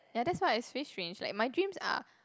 ya that's why I feel strange like my dreams are